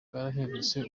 bwarahindutse